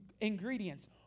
ingredients